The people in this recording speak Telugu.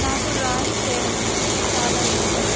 నాకు డ్రాయింగ్ చెయ్యడం అంటే చాలా ఇష్టం